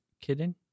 kidding